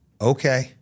Okay